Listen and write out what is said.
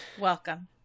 Welcome